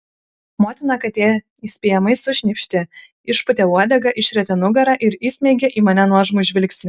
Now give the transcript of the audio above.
motina katė įspėjamai sušnypštė išpūtė uodegą išrietė nugarą ir įsmeigė į mane nuožmų žvilgsnį